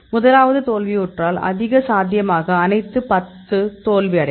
முதலாவது தோல்வியுற்றால் அதிக சாத்தியமாக அனைத்து 10 தோல்வியடையும்